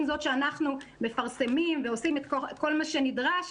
אנחנו מפרסמים ועושים את כל מה שנדרש,